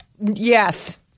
Yes